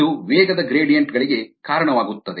ಇದು ವೇಗದ ಗ್ರೇಡಿಯಂಟ್ ಗಳಿಗೆ ಕಾರಣವಾಗುತ್ತದೆ